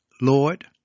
Lord